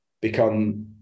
become